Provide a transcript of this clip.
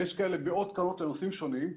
ויש כאלה מאוד קרנות לנושאים שונים,